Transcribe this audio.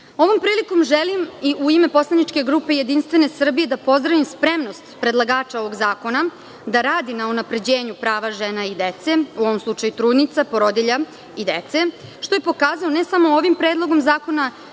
Ovom prilikom želim i u ime poslaničke grupe JS da pozdravim spremnost predlagača ovog zakona, da radi na unapređenju prava žena i dece, u ovom slučaju trudnica, porodilja i dece, što je pokazano ne samo ovim predlogom zakona,